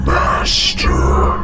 Master